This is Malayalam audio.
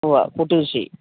ഉവ്വ കൂട്ടുകൃഷി